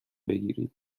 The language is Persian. بگیرید